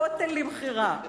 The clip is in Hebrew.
הכותל למכירה.